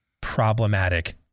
problematic